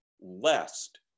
lest